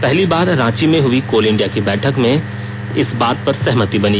पहली बार रांची में हुई कोल इंडिया की बैठक में इस बात पर सहमति बनी